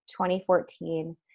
2014